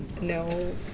no